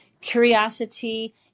Curiosity